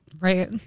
Right